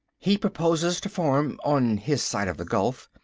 he proposes to form, on his side of the gulf,